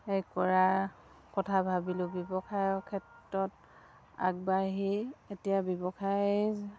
এই কৰাৰ কথা ভাবিলোঁ ব্যৱসায়ৰ ক্ষেত্ৰত আগবাঢ়ি এতিয়া ব্যৱসায়